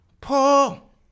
Paul